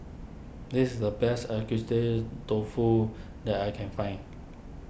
this is the best Dofu that I can find